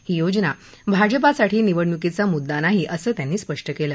ही योजना भाजपासाठी निवडणुकीचा मुद्दा नाही असं त्यांनी स्पष्ट केलं